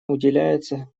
уделяется